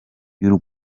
n’u